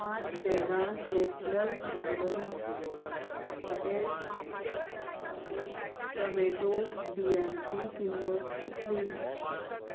पांच बॅगां national gardens potted potted tomato बियांची किंमत कितली